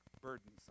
burdensome